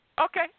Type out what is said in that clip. Okay